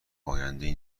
آیندهای